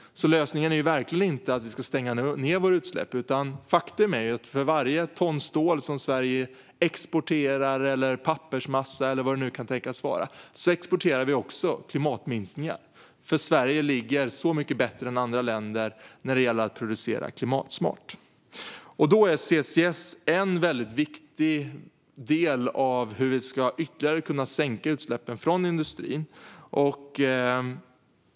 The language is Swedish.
Lösningen är alltså inte att vi ska stänga ned vår industri, för faktum är att för varje ton stål, pappersmassa eller annat som Sverige exporterar, exporterar vi också utsläppsminskningar. Sverige ligger nämligen så mycket bättre till än andra länder när det gäller att producera klimatsmart. CCS är en viktig del i hur vi ska kunna minska industrins utsläpp ytterligare.